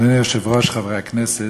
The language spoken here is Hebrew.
אדוני היושב-ראש, חברי הכנסת,